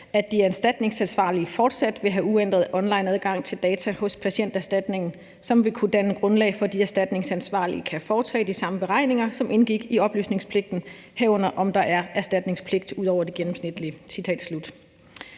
at de erstatningsansvarlige fortsat vil have uændret online-adgang til data hos Patienterstatningen, som vil kunne danne grundlag for, at de erstatningsansvarlige kan foretage de samme beregninger, som indgik i oplysningspligten, herunder om der er erstatningspligt ud over det gennemsnitlige.«